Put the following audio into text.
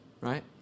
right